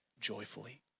joyfully